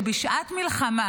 שבשעת מלחמה,